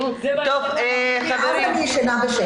-- -אני ישנה בשקט.